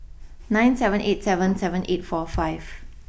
nine seven eight seven seven eight four five